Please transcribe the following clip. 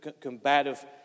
combative